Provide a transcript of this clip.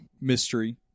mystery